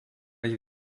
ich